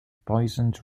poisoned